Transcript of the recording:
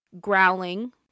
growling